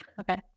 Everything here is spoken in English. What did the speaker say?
Okay